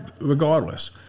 regardless